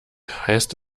heißt